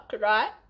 right